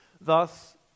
Thus